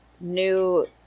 new